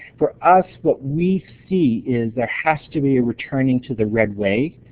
for us, what we see is there has to be a returning to the red-way.